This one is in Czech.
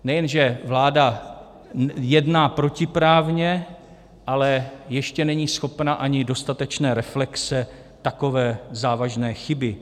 Nejenže vláda jedná protiprávně, ale ještě není schopna ani dostatečné reflexe takové závažné chyby.